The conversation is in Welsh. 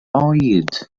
oed